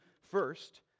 First